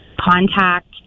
contact